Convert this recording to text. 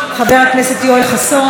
חבר הכנסת יואל חסון?